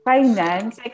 Finance